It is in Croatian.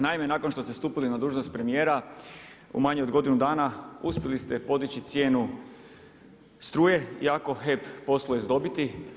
Naime, nakon što ste stupili na dužnost premijera u manje od godinu dana uspjeli ste podići cijenu struje, iako HEP posluje sa dobiti.